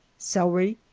celery,